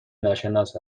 ناشناس